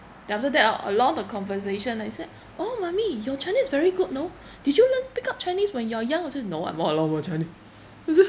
then after that orh along the conversation ah he said oh mummy your chinese very good you know did you learn pick up chinese when you are young I said no I'm all along a chinese she say